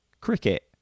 Cricket